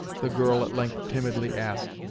the girl at length timidly asked.